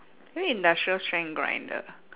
maybe industrial strength grinder